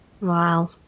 Wow